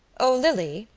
o lily,